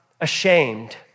ashamed